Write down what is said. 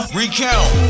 recount